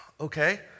okay